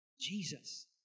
Jesus